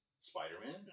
Spider-Man